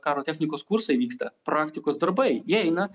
karo technikos kursai vyksta praktikos darbai jie eina